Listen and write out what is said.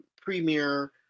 premier